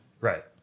Right